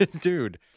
Dude